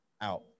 out